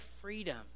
freedom